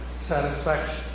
satisfaction